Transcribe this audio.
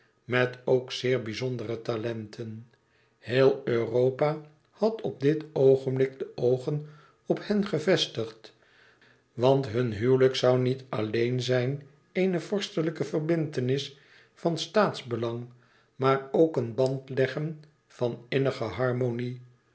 met ook zeer bizondere talenten heel europa had op dit oogenblik de oogen op hen gevestigd want hun huwelijk zoû niet alleen zijn eene vorstelijke verbintenis van staatsbelang maar ook een band leggen van innige harmonie